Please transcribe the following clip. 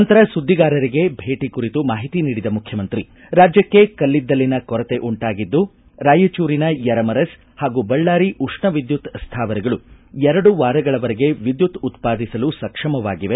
ನಂತರ ಸುದ್ದಿಗಾರರಿಗೆ ಭೇಟಿ ಕುರಿತು ಮಾಹಿತಿ ನೀಡಿದ ಮುಖ್ಯಮಂತ್ರಿ ರಾಜ್ಯಕ್ಕೆ ಕಲ್ಲಿದ್ದಲಿನ ಕೊರತೆ ಉಂಟಾಗಿದ್ದು ರಾಯಚೂರಿನ ಯರಮರಸ್ ಹಾಗೂ ಬಳ್ಳಾರಿ ಉಷ್ಣ ವಿದ್ದುತ್ ಸ್ಥಾವರಗಳು ಎರಡು ವಾರಗಳ ವರೆಗೆ ವಿದ್ಯುತ್ ಉತ್ಪಾದಿಸಲು ಸಕ್ಷಮವಾಗಿವೆ